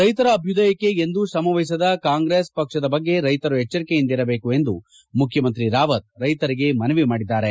ರೈತರ ಅಭ್ಯದಯಕ್ಕೆ ಎಂದೂ ಶ್ರಮ ವಹಿಸದ ಕಾಂಗ್ರೆಸ್ ಪಕ್ಷದ ಬಗ್ಗೆ ರೈತರು ಎಚ್ಚರಿಕೆಯಿಂದಿರಬೇಕು ಎಂದು ಮುಖ್ಯಮಂತ್ರಿ ರಾವತ್ ರೈತರಿಗೆ ಮನವಿ ಮಾಡಿಕೊಂಡಿದ್ದಾರೆ